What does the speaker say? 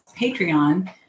Patreon